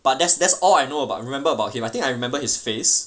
but that's that's all I know about remember about him I think I remember his face